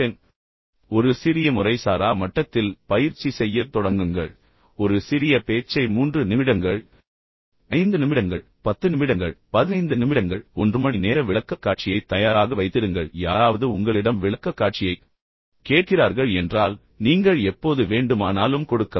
எனவே ஒரு சிறிய முறைசாரா மட்டத்தில் பயிற்சி செய்யத் தொடங்குங்கள் ஒரு சிறிய பேச்சை 3 நிமிடங்கள் 5 நிமிடங்கள் 10 நிமிடங்கள் 15 நிமிடங்கள் 1 மணி நேர விளக்கக்காட்சியை தயாராக வைத்திருங்கள் தயங்க வேண்டாம் யாராவது உங்களிடம் விளக்கக்காட்சியைக் கேட்கிறார்கள் என்றால் நீங்கள் எப்போது வேண்டுமானாலும் கொடுக்கலாம்